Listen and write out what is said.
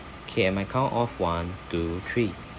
okay at my count of one two three